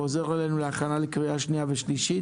חוזר אלינו להכנה לקריאה שנייה ושלישית.